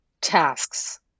tasks